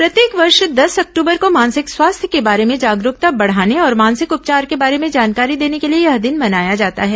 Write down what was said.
प्रत्येक वर्ष दस अक्टूबर को मानसिक स्वास्थ्य के बारे में जागरूकता बढ़ाने और मानसिक उपचार के बारे में जानकारी देने के लिए यह दिन मनाया जाता है